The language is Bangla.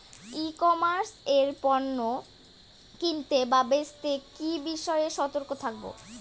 ই কমার্স এ পণ্য কিনতে বা বেচতে কি বিষয়ে সতর্ক থাকব?